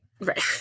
Right